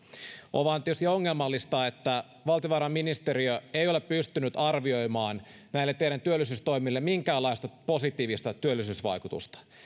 on vain tietysti ongelmallista että valtiovarainministeriö ei ole pystynyt arvioimaan näille teidän työllisyystoimille minkäänlaista positiivista työllisyysvaikutusta